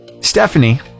Stephanie